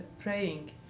praying